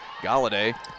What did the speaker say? Galladay